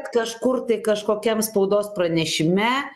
kažkur tai kažkokiam spaudos pranešime